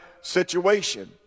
situation